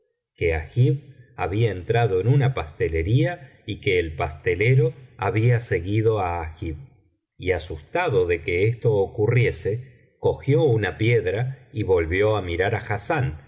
que agib había entrado en una pastelería y que el pastelero había seguido á agib y asustado de que esto ocurriese cogió una piedra y volvió á mirar á hassán